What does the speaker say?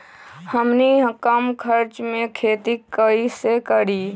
हमनी कम खर्च मे खेती कई से करी?